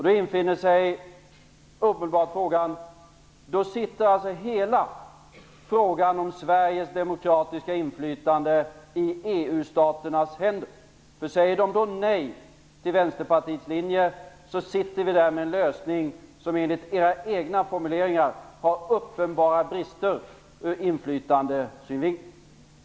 Då ligger alltså hela frågan om Sveriges demokratiska inflytande i EU-staternas händer. Säger EU då nej till Vänsterpartiets linje, sitter vi där med en lösning som enligt era egna formuleringar har uppenbara brister ur inflytandesynvinkel.